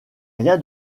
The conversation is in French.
rien